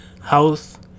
house